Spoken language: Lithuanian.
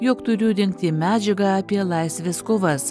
jog turiu rinkti medžiagą apie laisvės kovas